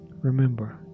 remember